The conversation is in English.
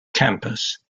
campus